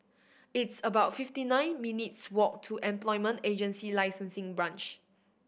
it's about fifty nine minutes' walk to Employment Agency Licensing Branch